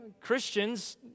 Christians